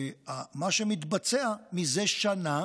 מה שמתבצע זה שנה